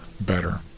better